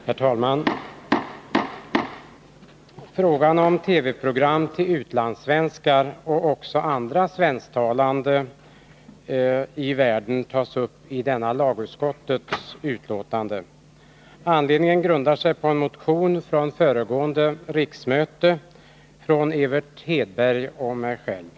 Herr talman! Frågan om TV-program för utlandssvenskar och andra svensktalande ute i världen tas upp i detta lagutskottets betänkande. Anledningen är en motion från föregående riksmöte av Evert Hedberg och mig själv.